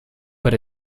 but